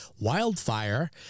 Wildfire